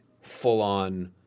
full-on